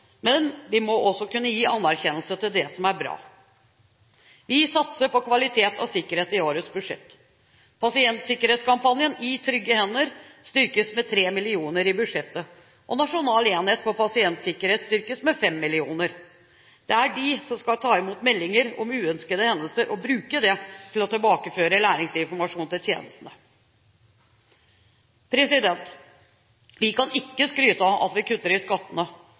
men vi må også kunne gi anerkjennelse til det som er bra. Vi satser på kvalitet og sikkerhet i årets budsjett. Pasientsikkerhetskampanjen «I trygge hender» styrkes med 3 mill. kr i budsjettet, og Nasjonal enhet for pasientsikkerhet styrkes med 5 mill. kr. Det er de som skal ta imot meldinger om uønskede hendelser og bruke det til å tilbakeføre læringsinformasjon til tjenestene. Vi kan ikke skryte av at vi kutter i skattene,